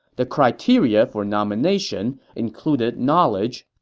the criteria for nomination included knowledge,